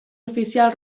oficial